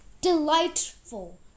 Delightful